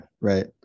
right